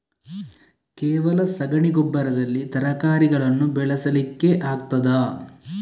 ಕೇವಲ ಸಗಣಿ ಗೊಬ್ಬರದಲ್ಲಿ ತರಕಾರಿಗಳನ್ನು ಬೆಳೆಸಲಿಕ್ಕೆ ಆಗ್ತದಾ?